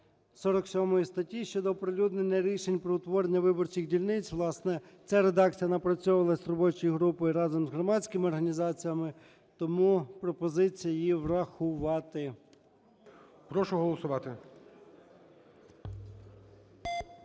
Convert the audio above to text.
47 статті щодо оприлюднення рішень про утворення виборчих дільниць. Власне, ця редакція напрацьовувалась робочою групою разом з громадськими організаціями. Тому пропозиція її врахувати. ГОЛОВУЮЧИЙ. Прошу голосувати.